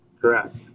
correct